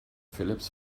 phillips